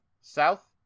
south